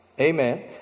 Amen